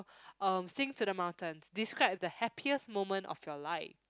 um sing to the mountains describe the happiest moment of your life